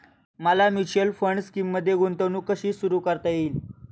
मला mutual fund स्कीममध्ये गुंतवणूक कशी सुरू करता येईल?